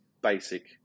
basic